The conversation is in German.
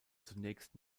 zunächst